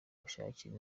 gushakira